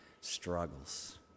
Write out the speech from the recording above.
struggles